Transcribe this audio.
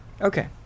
Okay